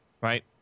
Right